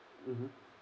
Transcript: mmhmm